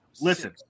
Listen